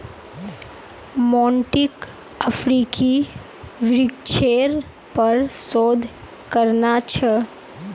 मोंटीक अफ्रीकी वृक्षेर पर शोध करना छ